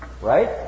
Right